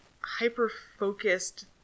hyper-focused